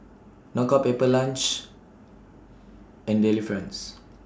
Knockout Pepper Lunch and Delifrance